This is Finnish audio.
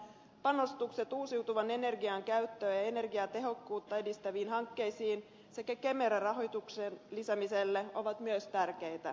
panostukset uusiutuvan energian käyttöä ja energiatehokkuutta edistäviin hankkeisiin sekä kemera rahoituksen lisäämiselle ovat myös tärkeitä